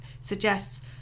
suggests